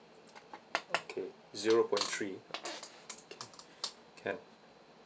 okay zero point three can